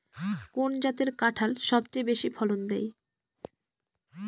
কোন জাতের কাঁঠাল সবচেয়ে বেশি ফলন দেয়?